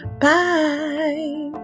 Bye